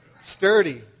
Sturdy